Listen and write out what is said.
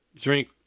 drink